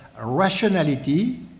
rationality